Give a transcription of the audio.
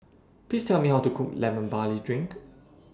Please Tell Me How to Cook Lemon Barley Drink